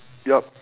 yup